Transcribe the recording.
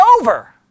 over